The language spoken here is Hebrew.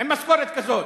עם משכורת כזאת?